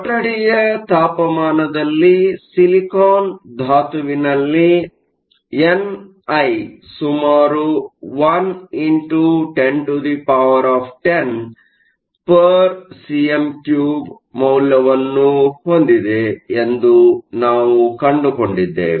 ಕೊಠಡಿಯ ತಾಪಮಾದಲ್ಲಿ ಸಿಲಿಕಾನ್ನ ಧಾತುವಿನಲ್ಲಿ ಎನ್ಐ ಸುಮಾರು 1x1010 cm 3 ಮೌಲ್ಯವನ್ನು ಹೊಂದಿದೆ ಎಂದು ನಾವು ಕಂಡುಕೊಂಡಿದ್ದೇವೆ